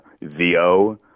VO